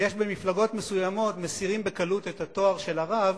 במפלגות מסוימות מסירים בקלות את התואר של הרב